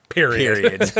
Period